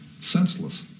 senseless